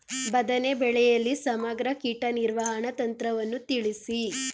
ಬದನೆ ಬೆಳೆಯಲ್ಲಿ ಸಮಗ್ರ ಕೀಟ ನಿರ್ವಹಣಾ ತಂತ್ರವನ್ನು ತಿಳಿಸಿ?